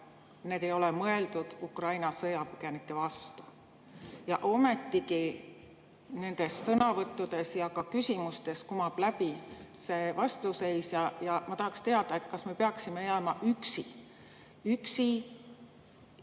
need ei ole mõeldud Ukraina sõjapõgenike vastu. Ometi nendest sõnavõttudest ja küsimustest kumab läbi see vastuseis. Ma tahaksin teada, kas me peaksime jääma üksi – üksi,